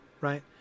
right